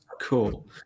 cool